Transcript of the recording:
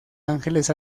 ángeles